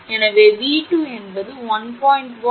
எனவே 𝑉2 என்பது 1